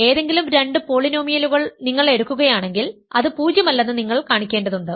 ഏതെങ്കിലും രണ്ട് പോളിനോമിയലുകൾ നിങ്ങൾ എടുക്കുകയാണെങ്കിൽ അത് പൂജ്യമല്ലെന്ന് നിങ്ങൾ കാണിക്കേണ്ടതുണ്ട്